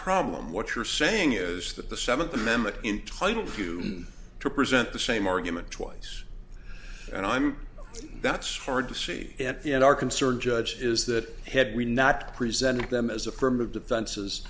problem what you're saying is that the seventh amendment entitle you to present the same argument twice and i'm that's hard to see at the end our concern judge is that had we not presented them as affirmative defenses